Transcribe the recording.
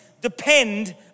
depend